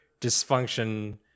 dysfunction